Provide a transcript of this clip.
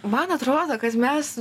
man atrodo kad mes